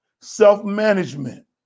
Self-management